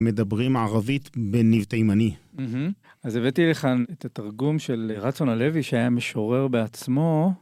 מדברים ערבית בניב תימני. אז הבאתי לכאן את התרגום של רצון הלוי שהיה משורר בעצמו,